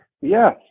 Yes